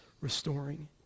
restoring